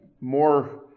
more